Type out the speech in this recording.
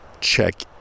Check